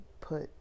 put